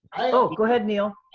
oh, go ahead, neil.